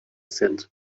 sind